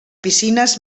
piscines